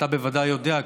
אתה בוודאי יודע,